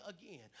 again